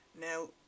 Now